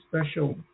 special